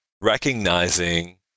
recognizing